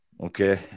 Okay